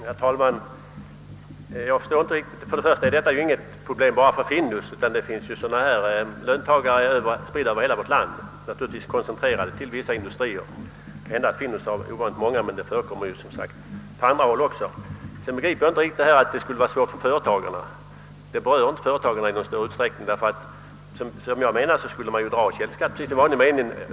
Herr talman! För det första vill jag säga att detta inte är ett problem enbart för Findus. Sådana löntagare som jag talade om i mitt första anförande finns spridda över hela landet även om de är koncentrerade till vissa industrier och det kan hända att Findus har ovanligt många av dem. Jag förstår för det andra inte att en sådan lösning som jag skisserade skulle medföra några svårigheter för företagarna. Den berör ju inte företagen alls; de skulle dra källskatten i vanlig ordning.